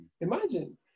Imagine